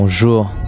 Bonjour